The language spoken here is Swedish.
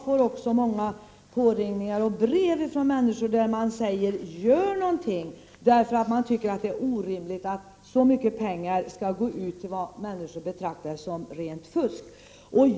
Även jag får många påringningar och brev från människor som säger: Gör någonting! De tycker nämligen att det är orimligt att så mycket pengar skall betalas ut vid vad människor betraktar som rent fusk.